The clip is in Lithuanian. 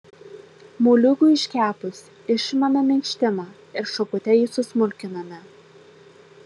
moliūgui iškepus išimame minkštimą ir šakute jį susmulkiname